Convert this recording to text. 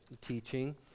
teaching